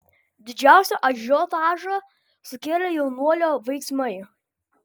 didžiausią ažiotažą sukėlė jaunuolio veiksmai